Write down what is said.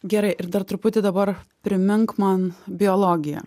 gerai ir dar truputį dabar primink man biologija